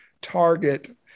target